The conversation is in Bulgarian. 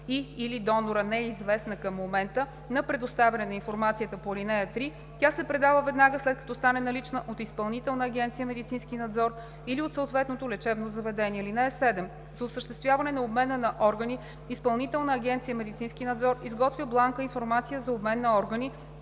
и/или донора не е известна към момента на предоставяне на информацията по ал. 3, тя се предава веднага, след като стане налична, от Изпълнителна агенция „Медицински надзор“ или от съответното лечебно заведение. (7) За осъществяване на обмена на органи Изпълнителна агенция „Медицински надзор“ изготвя бланка „Информация за обмен на органи“